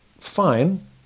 fine